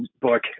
book